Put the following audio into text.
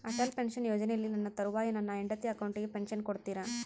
Atal pension ಯೋಜನೆಯಲ್ಲಿ ನನ್ನ ತರುವಾಯ ನನ್ನ ಹೆಂಡತಿ ಅಕೌಂಟಿಗೆ ಪೆನ್ಶನ್ ಕೊಡ್ತೇರಾ?